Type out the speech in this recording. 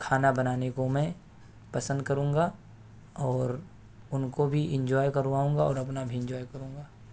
کھانا بنانے کو میں پسند کروں گا اور ان كو بھی انجوائے كرواؤں گا اور اپنا بھی انجوائے کروں گا